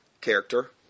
character